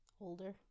Older